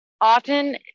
often